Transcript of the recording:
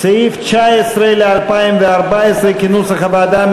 סעיף 19, ל-2014, כנוסח הוועדה.